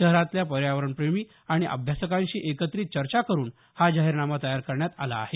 शहरातल्या पर्यावरण प्रेमी आणि अभ्यासकांशी एकत्रित चर्चा करून हा जाहीरनामा तयार करण्यात आला आहे